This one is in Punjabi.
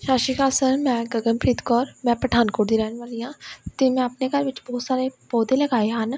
ਸਤਿ ਸ਼੍ਰੀ ਅਕਾਲ ਸਰ ਮੈਂ ਗਗਨਪ੍ਰੀਤ ਕੌਰ ਮੈਂ ਪਠਾਨਕੋਟ ਦੀ ਰਹਿਣ ਵਾਲੀ ਹਾਂ ਅਤੇ ਮੈਂ ਆਪਣੇ ਘਰ ਵਿੱਚ ਬਹੁਤ ਸਾਰੇ ਪੌਦੇ ਲਗਾਏ ਹਨ